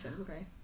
okay